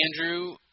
Andrew